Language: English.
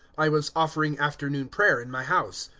i was offering afternoon prayer in my house,